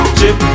chip